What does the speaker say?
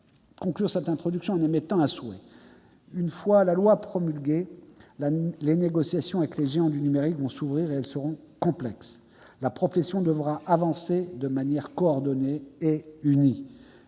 conclure cette introduction en émettant un souhait : une fois la loi promulguée, les négociations avec les géants du numérique vont s'ouvrir et elles seront complexes. La profession devra avancer de manière coordonnée et unie.